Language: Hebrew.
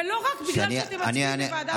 ולא רק בגלל שאתם מצביעים בוועדת חוקה.